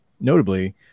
notably